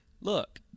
look